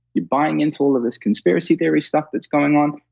you're buying into all of this conspiracy theory stuff that's going on.